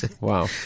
Wow